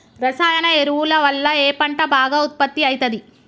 రసాయన ఎరువుల వల్ల ఏ పంట బాగా ఉత్పత్తి అయితది?